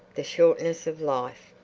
the shortness of life!